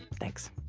thanks